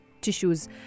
tissues